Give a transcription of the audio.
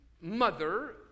mother